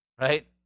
right